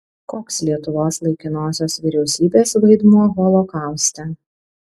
koks lietuvos laikinosios vyriausybės vaidmuo holokauste